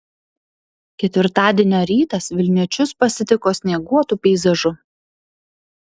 ketvirtadienio rytas vilniečius pasitiko snieguotu peizažu